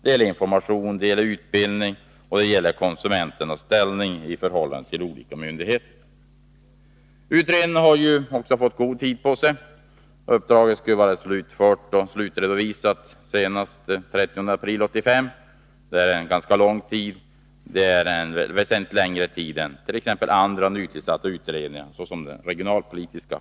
Det gäller information, utbildning och konsumenternas ställning i förhållande till olika myndigheter. Utredningen har fått god tid på sig. Uppdraget skall vara slutredovisat senast den 30 april 1985. Det är ganska lång tid — väsentligt längre än andra nytillsatta utredningar, såsom den regionalpolitiska.